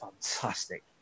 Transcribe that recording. Fantastic